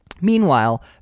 Meanwhile